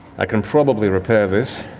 i can probably repair this.